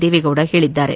ದೇವೇಗೌಡ ಹೇಳಿದ್ದಾರೆ